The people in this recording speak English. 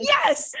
Yes